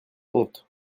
honte